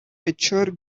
pitcher